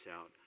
out